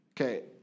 Okay